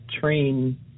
train